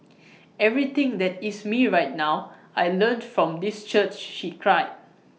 everything that is me right now I learnt from this church she cried